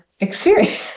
experience